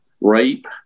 rape